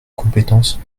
compétences